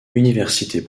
université